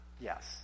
Yes